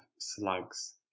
slugs